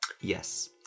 Yes